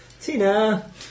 Tina